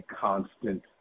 constant